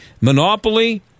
monopoly